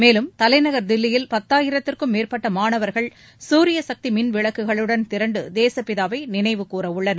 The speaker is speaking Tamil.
மேலும் தலைநகர் தில்லியில் பத்தாயிரத்திற்கும் மேற்பட்ட மாணவர்கள் சூரிய சக்தி மின்விளக்குகளுடன் திரண்டு தேசப்பிதாவை நினைவுகூறவுள்ளனர்